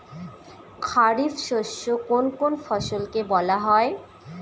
খারিফ শস্য কোন কোন ফসলকে বলা হয়?